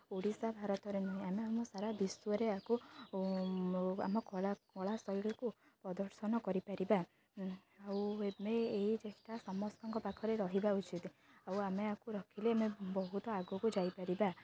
ଓଡ଼ିଶା ଭାରତରେ ନୁହେଁ ଆମେ ଆମ ସାରା ବିଶ୍ୱରେ ଏହାକୁ ଆମ କଳା କଳା ଶୈଳୀକୁ ପ୍ରଦର୍ଶନ କରିପାରିବା ଆଉ ଏବେ ଏହି ଚେଷ୍ଟା ସମସ୍ତଙ୍କ ପାଖରେ ରହିବା ଉଚିତ୍ ଆଉ ଆମେ ଆକୁ ରଖିଲେ ଆମେ ବହୁତ ଆଗକୁ ଯାଇପାରିବା